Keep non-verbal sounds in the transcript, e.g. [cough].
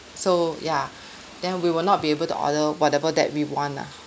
so ya [breath] then we will not be able to order whatever that we want ah